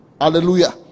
hallelujah